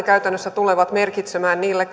käytännössä tulevat merkitsemään niille